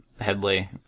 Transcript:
Headley